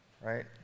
right